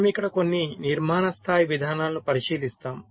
మనము ఇక్కడ కొన్ని నిర్మాణ స్థాయి విధానాలను పరిశీలిస్తాము